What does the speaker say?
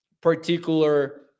particular